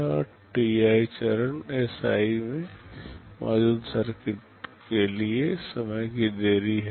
और ti चरण Si में मौजूद सर्किट के लिए समय की देरी है